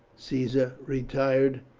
caesar, retired,